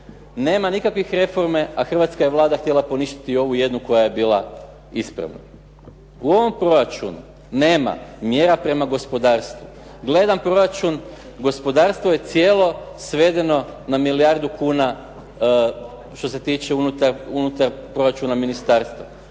Nema nikakve reforme a hrvatska Vlada je htjela poništiti i ovu jednu koja je bila ispravna. U ovom proračunu nema mjera prema gospodarstvu. Gledam proračun, gospodarstvo je cijelo svedeno na milijardu kuna što se tiče unutar proračuna ministarstva,